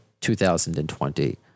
2020